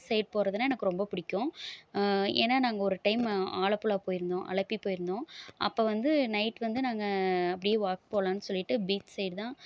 side போறதுன்னால் எனக்கு ரொம்ப பிடிக்கும் ஏன்னால் நாங்கள் ஒரு டைம் ஆலப்புழா போயிருந்தோம் அலாப்பி போயிருந்தோம் அப்போ வந்து நைட் வந்து நாங்கள் அப்படியே வாக் போலாம்னு சொல்லிவிட்டு பீச் சைடு தான்